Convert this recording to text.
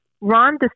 Ron